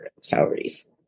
salaries